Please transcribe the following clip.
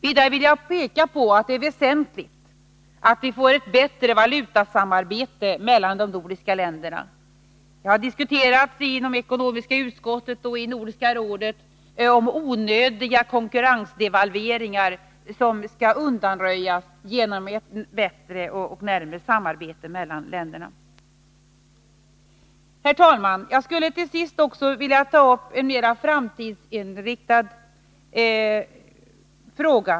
Vidare vill jag peka på att det är väsentligt att vi får ett bättre valutasamarbete mellan de nordiska länderna. Jag har i Nordiska rådets ekonomiska utskott diskuterat om onödiga konkurrensdevalveringar, som skall undanröjas genom bättre och närmre samarbete mellan länderna. Herr talman! Jag skulle också vilja ta upp en mer framtidsinriktad fråga.